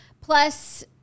plus